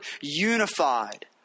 unified